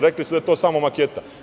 Rekli su da je to samo maketa.